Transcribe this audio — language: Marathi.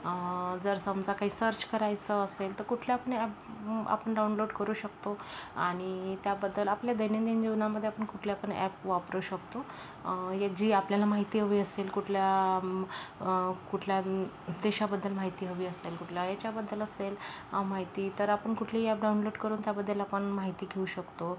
जर समजा काही सर्च करायचं असेल तर कुठल्या पण ॲप आपण डाउनलोड करू शकतो आणि त्याबद्दल आपल्या दैनंदिन जीवनामध्ये आपण कुठल्या पण ॲप वापरू शकतो हे जी आपल्याला माहिती हवी असेल कुठल्या कुठल्या देशाबद्दल माहिती हवी असेल कुठल्या ह्याच्याबद्दल असेल माहिती तर आपण कुठलेही ॲप डाउनलोड करून त्याबद्दल आपण माहिती घेऊ शकतो